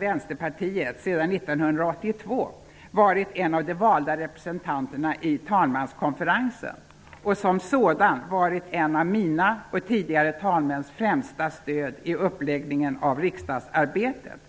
Vänsterpartiet sedan 1982 varit en av de valda representanterna i talmanskonferensen och som sådan varit en av mina och tidigare talmäns främsta stöd i uppläggningen av riksdagsarbetet.